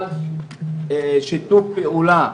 על שיתוף פעולה,